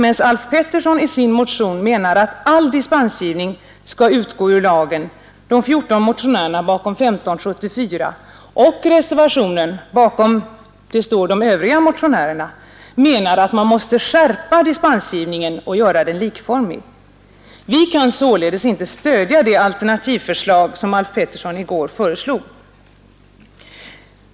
Medan Alf Pettersson i sin motion menar att all dispensgivning skall utgå ur lagen anser de 14 motionärerna bakom motionen 1574 och reservanterna, bakom vilka står de övriga motionärerna, att man måste skärpa dispensgivningen och göra den likformig. Vi kan således inte stödja det alternativförslag som herr Alf Pettersson i går förde fram.